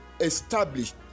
established